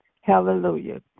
Hallelujah